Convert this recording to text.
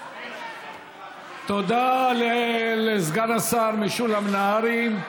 תודה לסגן השר משולם נהרי.